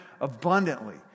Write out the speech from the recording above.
abundantly